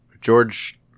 George